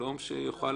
שיוכל לייצג,